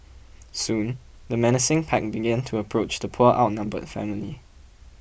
soon the menacing pack began to approach the poor outnumbered family